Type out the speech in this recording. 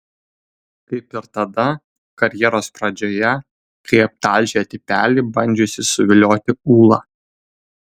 kaip ir tada karjeros pradžioje kai aptalžė tipelį bandžiusį suvilioti ūlą